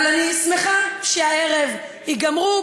אבל אני שמחה שהערב ייגמרו,